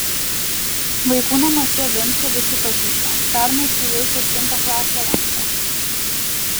vaikų namuose vincą visi pažįsta pernai su jais septintą klasę lankė